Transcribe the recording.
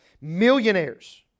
Millionaires